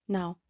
Now